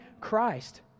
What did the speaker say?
Christ